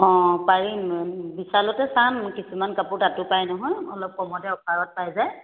অঁ পাৰিম বিশালতে চাম কিছুমান কাপোৰ তাতো পাই নহয় অলপ কমতে অ'ফাৰত পাই যায়